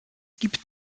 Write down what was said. gibt